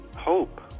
hope